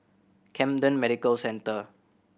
Camden Medical Centre